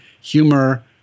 humor